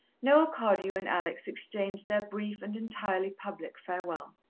noel cardew and alex exchanged their brief and entirely public farewell.